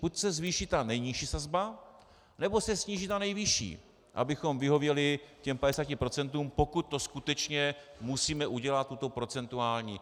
Buď se zvýší ta nejnižší sazba, nebo se sníží ta nejvyšší, abychom vyhověli těm padesáti procentům, pokud to skutečně musíme udělat procentuálně.